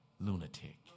lunatic